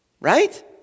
Right